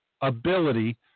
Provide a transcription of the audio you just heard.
ability